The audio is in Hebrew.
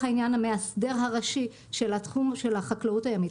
העניין המאסדר הראשי של החקלאות הימית,